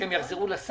שהם יחזרו לשר